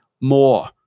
more